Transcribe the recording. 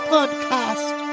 Podcast